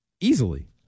Easily